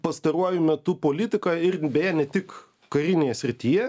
pastaruoju metu politika ir beje ne tik karinėje srityje